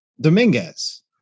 Dominguez